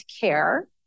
care